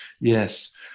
yes